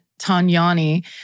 Tanyani